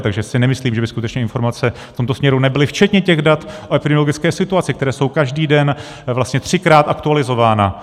Takže si nemyslím, že by skutečně informace v tomto směru nebyly, včetně těch dat o epidemiologické situaci, která jsou každý den třikrát aktualizována.